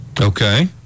Okay